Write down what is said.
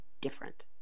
different